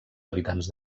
habitants